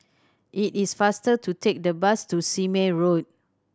it is faster to take the bus to Sime Road